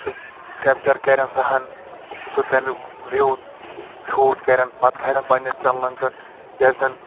سُہ کیپچر کرَن سۄ ہان سُہ تٔمیُک وِیو شوٗٹ کرن پتہٕ کھالن پنٕنٮ۪ن چنلن پٮ۪ٹھ یس زن